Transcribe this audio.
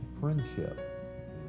friendship